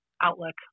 outlook